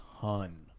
ton